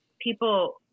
people